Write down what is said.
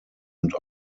und